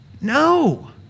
No